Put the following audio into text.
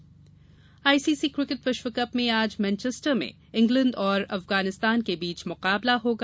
विश्व cup ICC cricket विश्व cup में आज मैनचेस्टर में इंग्लैंड और अफगानिस्तान के बीच मुकाबला होगा